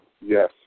Yes